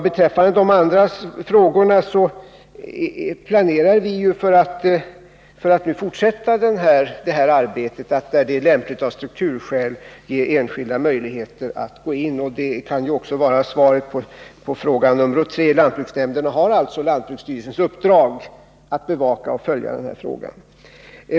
Beträffande de andra frågorna vill jag säga att vi planerar att fortsätta arbetet med att, där det är lämpligt av strukturskäl, ge enskilda personer möjligheter att gå in som köpare. Detta kan ju också utgöra svaret på fråga nr 3. Lantbruksnämnderna har alltså lantbruksstyrelsens uppdrag att bevaka och följa frågan.